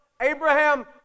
Abraham